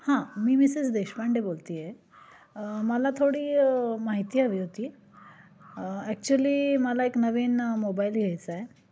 हां मी मिसेस देशपांडे बोलते आहे मला थोडी माहिती हवी होती ॲक्च्युली मला एक नवीन मोबाईल घ्यायचा आहे